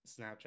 Snapchat